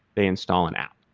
they install an app.